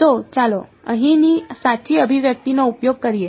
તો ચાલો અહીંની સાચી અભિવ્યક્તિનો ઉપયોગ કરીએ